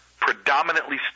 predominantly